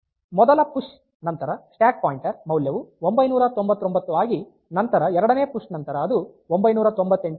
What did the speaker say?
ಮೊದಲ ಪುಶ್ ನಂತರ stack pointer ಮೌಲ್ಯವು 999 ಆಗಿ ನಂತರ ಎರಡನೇ ಪುಶ್ ನಂತರ ಅದು 998 ಆಗುತ್ತದೆ